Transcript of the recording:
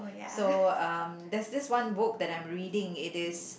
so um there's this one book that I'm reading it is